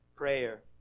Prayer